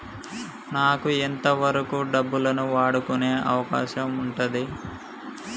నాకు ఎంత వరకు డబ్బులను వాడుకునే అవకాశం ఉంటది?